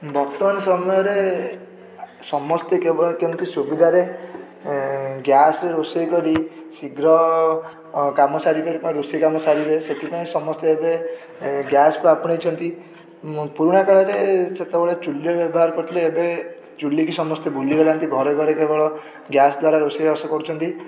ବର୍ତ୍ତମାନ ସମୟରେ ସମସ୍ତେ କେବଳ କେମିତି ସୁବିଧାରେ ଗ୍ୟାସ୍ରେ ରୋଷେଇ କରି ଶୀଘ୍ର କାମ ସାରିବେ ବା ରୋଷେଇ କାମ ସାରିବେ ସେଥିପାଇଁ ସମସ୍ତେ ଏବେ ଏ ଗ୍ୟାସ୍କୁ ଆପଣେଇଛନ୍ତି ମୋ ପୁରୁଣା କାଳରେ ସେତେବେଳେ ଚୁଲିର ବ୍ୟବହାର କରୁଥିଲେ ଏବେ ଚୁଲିକି ସମସ୍ତେ ଭୁଲିଗଲେଣି ଟି ଘରେ ଘରେ କେବଳ ଗ୍ୟାସ୍ ଦ୍ୱାରା ରୋଷେଇବାସ କରୁଛନ୍ତି